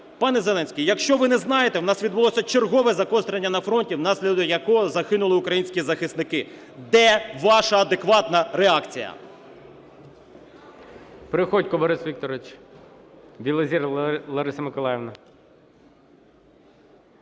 Пане Зеленський, якщо ви не знаєте, у нас відбулося чергове загострення на фронті, внаслідок якого загинули українські захисники. Де ваша адекватна реакція? ГОЛОВУЮЧИЙ. Приходько Борис Вікторович. Білозір Лариса Миколаївна.